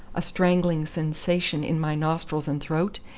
a strangling sensation in my nostrils and throat,